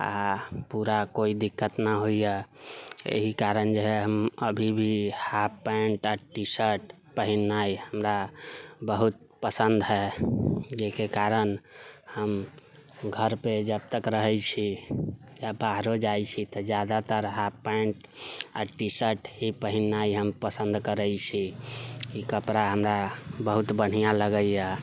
आ पूरा कोइ दिक्कत न होइयै एहि कारण जेहै हम अभी भी हाँफ पैन्ट आ टी शर्ट पहिननाइ हमरा बहुत पसन्द है जेहिके कारण हम घरपे जब तक रहै छी या बाहरो जाइ छी तऽ ज्यादातर हाँफ पैन्ट आ टी शर्ट ही पहिननाइ हम पसन्द करै छी ई कपड़ा हमरा बहुत बढ़िऑं लगैया